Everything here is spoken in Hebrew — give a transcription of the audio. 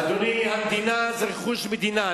אדוני, זה רכוש מדינה.